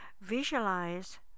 visualize